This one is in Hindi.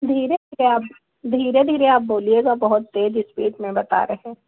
धीरे धीरे आप धीरे धीरे आप बोलिएगा बहुत तेज़ स्पीड में बता रहे हैं